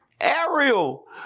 Ariel